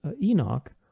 Enoch